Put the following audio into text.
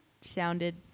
sounded